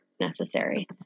necessary